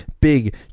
big